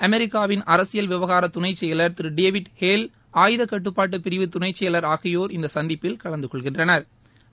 அமெிக்காவின் அரசியல் விவகார துணை செயலர் திரு டேவிட் ஹேல் ஆயுதக்கட்டுப்பாட்டு பிரிவு துணை செயல் ஆகியோா் இந்த சந்திப்பில் கலந்து கொள்கிறாா்கள்